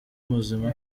muzima